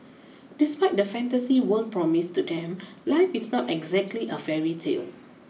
despite the fantasy world promised to them life is not exactly a fairy tale